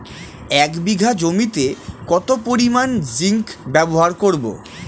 এক বিঘা জমিতে কত পরিমান জিংক ব্যবহার করব?